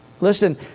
listen